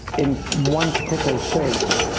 in one particular search.